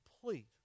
complete